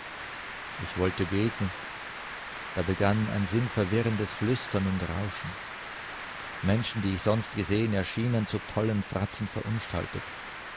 ich wollte beten da begann ein sinnverwirrendes flüstern und rauschen menschen die ich sonst gesehen erschienen zu tollen fratzen verunstaltet